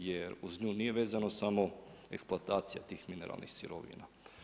Jer uz nju nije vezano samo eksploatacija tih mineralnih sirovina.